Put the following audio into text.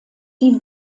die